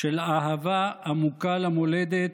של אהבה עמוקה למולדת